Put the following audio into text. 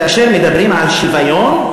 כאשר מדברים על שוויון,